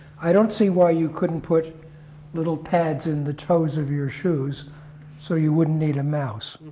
i don't see why you couldn't put little pads in the toes of your shoes so you wouldn't need a mouse.